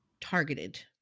targeted